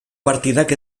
partidak